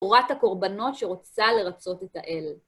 או רק הקורבנות שרוצה לרצות את האל.